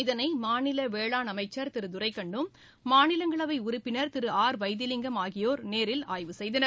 இதனை மாநில வேளாண் அமைச்சர் திரு துரைக்கண்ணு மாநிலங்களவை உறுப்பினர் திரு ஆர் வைத்திலிங்கம் ஆகியோர் நேரில் ஆய்வு செய்தனர்